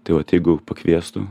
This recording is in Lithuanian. tai vat jeigu pakviestų